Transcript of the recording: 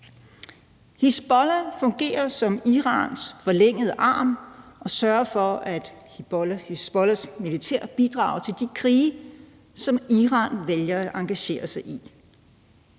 Hizbollah fungerer som Irans forlængede arm og sørger for Hizbollahs militære bidrag til de krige, som Iran vælger at engagere sig i.